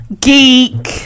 Geek